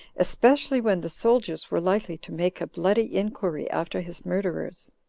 especially when the soldiers were likely to make a bloody inquiry after his murderers.